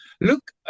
look